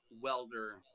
Welder